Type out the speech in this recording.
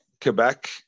Quebec